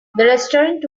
restaurant